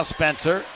Spencer